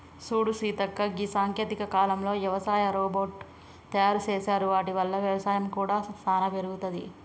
సూడు సీతక్క గీ సాంకేతిక కాలంలో యవసాయ రోబోట్ తయారు సేసారు వాటి వల్ల వ్యవసాయం కూడా సానా పెరుగుతది